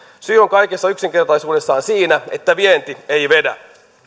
syy on kaikessa yksinkertaisuudessaan siinä että vienti ei vedä